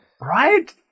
Right